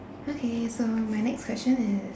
okay so my next question is